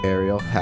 Ariel